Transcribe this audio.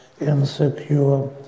insecure